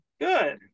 good